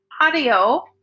audio